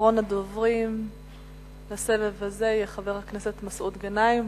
אחרון הדוברים לסבב הזה יהיה חבר הכנסת מסעוד גנאים,